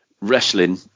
wrestling